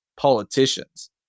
politicians